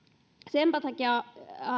senpä takia